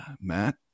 Matt